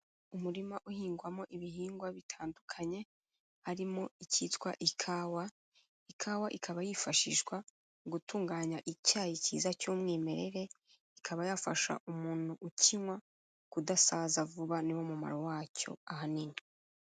Umurima uhingwamo ibihingwa bitandukanye harimo icyitwa ikawa, ikawa ikaba yifashishwa mu gutunganya icyayi cyiza cy'umwimerere, ikaba yafasha umuntu ukinywa kudasaza vuba niwo mumaro wacyo ahanini.